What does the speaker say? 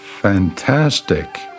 fantastic